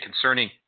concerning